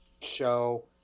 show